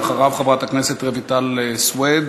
ואחריו חברת הכנסת רויטל סויד.